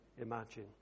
imagine